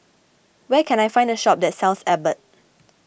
where can I find a shop that sells Abbott